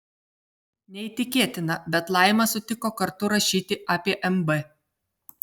neįtikėtina bet laima sutiko kartu rašyti apie mb